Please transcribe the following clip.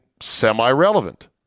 semi-relevant